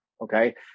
Okay